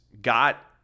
got